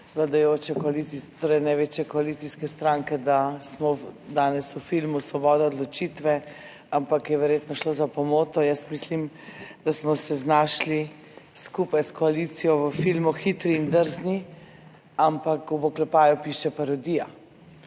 največje koalicijske stranke, da smo danes v filmu Svoboda odločitve, ampak je verjetno šlo za pomoto. Jaz mislim, da smo se znašli skupaj s koalicijo v filmu Hitri in drzni, ampak v oklepaju piše parodija.